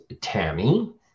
Tammy